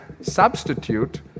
substitute